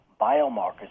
biomarkers